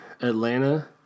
Atlanta